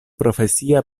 profesia